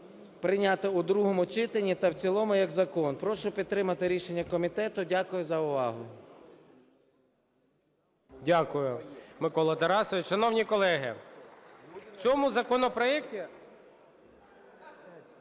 прийняти у другому читанні та в цілому як закон. Прошу підтримати рішення комітету. Дякую за увагу. ГОЛОВУЮЧИЙ. Дякую, Микола Тарасович. Шановні колеги, в цьому законопроекті